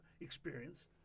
experience